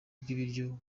bw’ibiryo